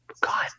God